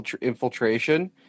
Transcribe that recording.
infiltration